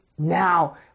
Now